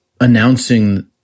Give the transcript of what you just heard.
announcing